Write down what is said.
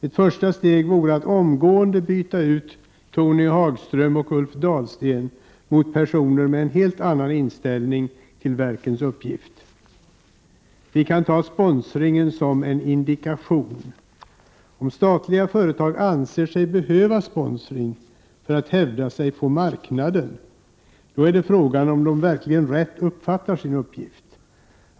Ett första steg vore att omgående byta ut Tony Hagström och Ulf Dahlsten mot personer med en helt annan inställning till verkens uppgift. Vi kan ta sponsringen som en indikation. Om statliga företag anser sig behöva ägna sig åt sponsring för att hävda sig på marknaden, då är det frågan om de verkligen rätt uppfattar sin uppgift.